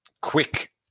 quick